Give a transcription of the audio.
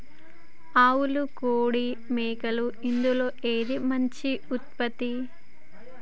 ఆవులు కోడి మేకలు ఇందులో ఏది మంచి ఉత్పత్తి?